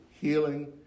healing